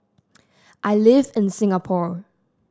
I live in Singapore